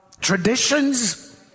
traditions